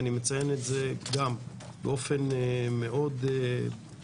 ואני מציין את זה באופן מאוד מוחלט.